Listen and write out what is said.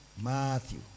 Matthew